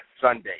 Sunday